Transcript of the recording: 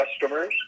customers